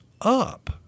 up